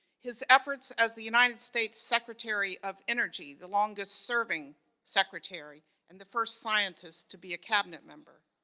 his efforts as the united states secretary of energy, the longest-serving secretary, and the first scientist to be a cabinet member.